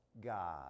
god